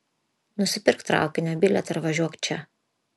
nusipirk traukinio bilietą ir važiuok čia